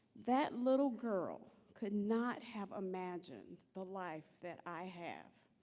that little girl could not have imagined the life that i have.